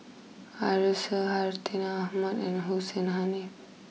Arasu Hartinah Ahmad and Hussein Haniff